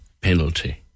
penalty